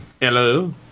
Hello